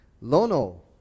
Lono